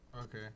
okay